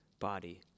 body